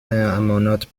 امانات